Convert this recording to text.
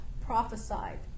prophesied